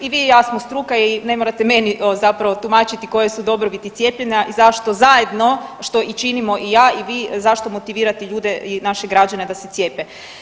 I vi i ja smo struka i ne morate meni zapravo tumačiti koje su dobrobiti cijepljenja i zašto zajedno što i činimo i ja i vi zašto motivirati ljude i naše građane da se cijepe.